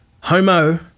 homo